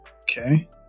Okay